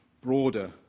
broader